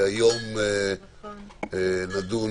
היום נדון